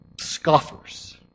scoffers